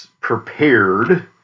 prepared